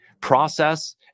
process